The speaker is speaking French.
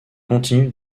continue